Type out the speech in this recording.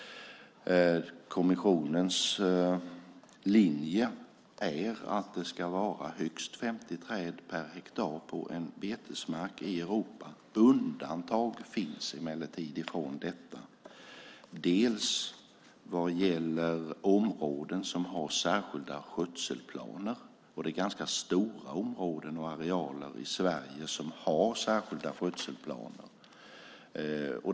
Kommissionens linje är att det ska vara högst 50 träd per hektar på en betesmark i Europa. Undantag finns emellertid. Det ena gäller områden som har särskilda skötselplaner. Det är ganska stora arealer i Sverige som har särskilda skötselplaner.